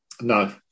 No